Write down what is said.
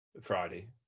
Friday